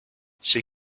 she